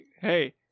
hey